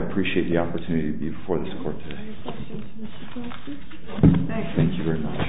appreciate the opportunity before this court thank you very much